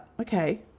okay